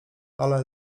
ale